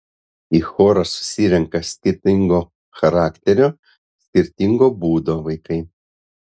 į chorą susirenka skirtingo charakterio skirtingo būdo vaikai